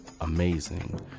amazing